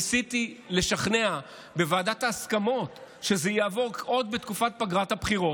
ניסיתי לשכנע בוועדת ההסכמות שזה יעבור עוד בתקופת פגרת הבחירות,